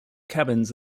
cabins